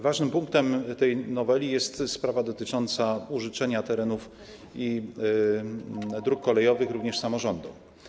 Ważnym punktem tej noweli jest sprawa dotycząca użyczenia terenów i dróg kolejowych również samorządom.